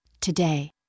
Today